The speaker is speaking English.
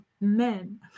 men